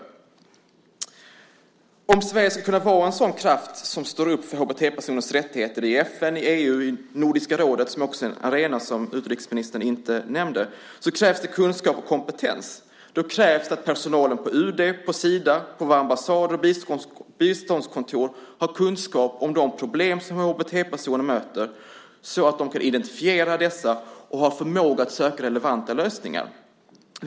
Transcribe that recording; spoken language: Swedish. För att Sverige ska kunna vara en sådan kraft som står upp för HBT-personers rättigheter i FN, i EU och i Nordiska rådet - som också är en arena men som utrikesministern inte nämnde - krävs det kunskap och kompetens. Det krävs att personalen på UD, på Sida och på våra ambassader och biståndskontor har kunskap om de problem som HBT-personer möter så att man kan identifiera dessa och ha förmåga att söka relevanta lösningar.